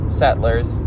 settlers